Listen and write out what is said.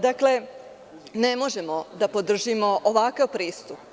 Dakle, ne možemo da podržimo ovakav pristup.